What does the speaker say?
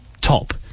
top